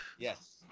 Yes